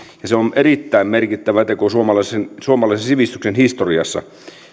se on erittäin merkittävä teko suomalaisen suomalaisen sivistyksen historiassa